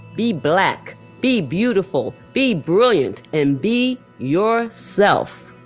be black, be beautiful, be brilliant and be yourself